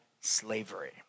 slavery